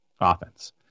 offense